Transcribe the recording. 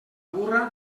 burra